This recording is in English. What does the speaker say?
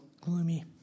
gloomy